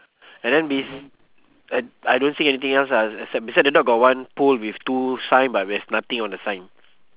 and then this I I don't see anything else ah except beside the dog got one pole with two sign but there's nothing on the sign